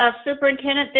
ah superintendent,